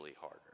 harder